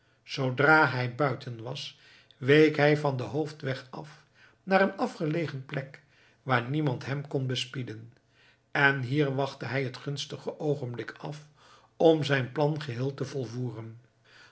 zoodra hij buiten was week hij van den hoofdweg af naar een afgelegen plek waar niemand hem kon bespieden en hier wachtte hij het gunstige oogenblik af om zijn plan geheel te volvoeren